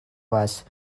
was